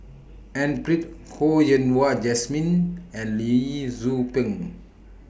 N Pritt Ho Yen Wah Jesmine and Lee Tzu Pheng